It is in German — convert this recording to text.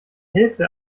hälfte